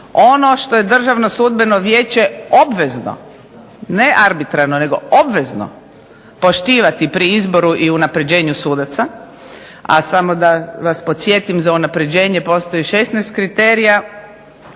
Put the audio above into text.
ono što je Državno sudbeno vijeće obvezno, ne arbitrarno nego obvezno, poštivati pri izboru i unapređenju sudaca, a samo da vas podsjetim za unapređenje postoji 16 kriterija